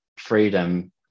freedom